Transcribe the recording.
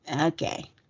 okay